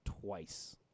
twice